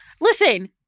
listen